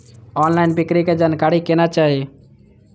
Online बिक्री के जानकारी केना चाही?